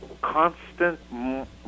constant